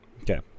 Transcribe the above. Okay